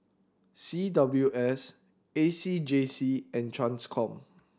C W S A C J C and Transcom